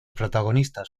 protagonistas